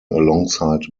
alongside